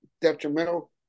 detrimental